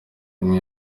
umwe